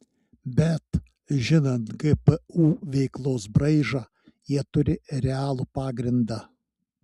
bet žinant gpu veiklos braižą jie turi realų pagrindą